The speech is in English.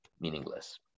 meaningless